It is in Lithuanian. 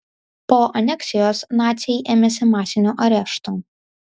po aneksijos naciai ėmėsi masinių areštų